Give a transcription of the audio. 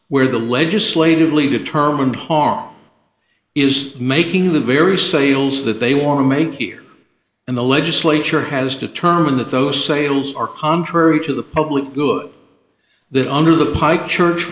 where the legislatively determined harm is making the very sales that they want to make here in the legislature has determined that those sales are contrary to the public good that under the pike church